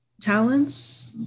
talents